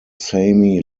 sami